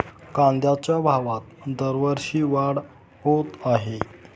कांद्याच्या भावात दरवर्षी वाढ होत आहे